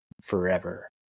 forever